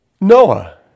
Noah